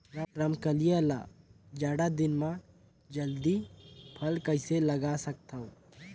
रमकलिया ल जाड़ा दिन म जल्दी फल कइसे लगा सकथव?